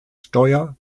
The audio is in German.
steuer